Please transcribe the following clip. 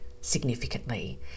significantly